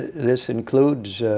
this includes